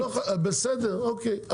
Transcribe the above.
בסדר אוקי,